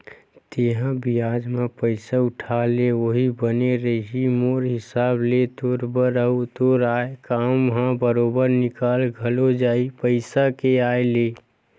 तेंहा बियाज म पइसा उठा ले उहीं बने रइही मोर हिसाब ले तोर बर, अउ तोर आय काम ह बरोबर निकल घलो जाही पइसा के आय ले